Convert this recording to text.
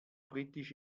britisch